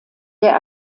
der